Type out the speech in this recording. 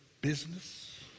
business